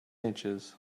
inches